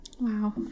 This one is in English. Wow